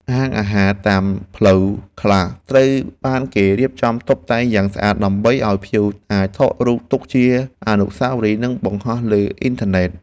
ហាងអាហារតាមផ្លូវខ្លះត្រូវបានគេរៀបចំតុបតែងយ៉ាងស្អាត ដើម្បីឱ្យភ្ញៀវអាចថតរូបទុកជាអនុស្សាវរីយ៍និងបង្ហោះលើអ៊ីនធឺណិត។